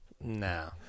No